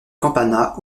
campana